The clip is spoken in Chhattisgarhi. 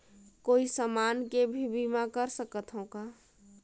कोई समान के भी बीमा कर सकथव का?